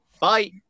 Bye